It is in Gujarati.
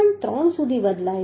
3 સુધી બદલાય છે